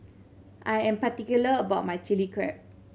I am particular about my Chilli Crab